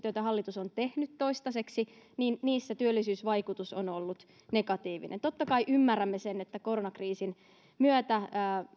joita hallitus on tehnyt toistaiseksi työllisyysvaikutus on ollut negatiivinen totta kai ymmärrämme sen että koronakriisin myötä